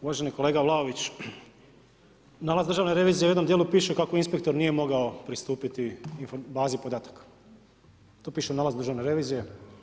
Uvaženi kolega Vlaović, nalaz državne revizije u jednom dijelu, piše kako inspektor nije mogao pristupiti bazi podataka, to piše u nalazu državne revizije.